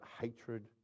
hatred